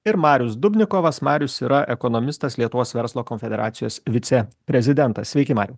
ir marius dubnikovas marius yra ekonomistas lietuvos verslo konfederacijos viceprezidentas sveiki mariau